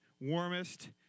warmest